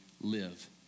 live